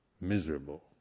miserable